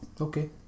Okay